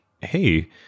hey